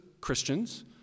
Christians